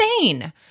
insane